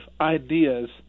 ideas